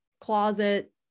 closet